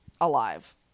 Alive